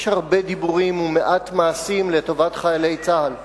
יש הרבה דיבורים ומעט מעשים לטובת חיילי צה"ל.